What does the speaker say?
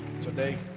Today